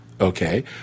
Okay